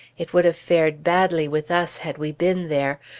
it would have fared badly with us had we been there.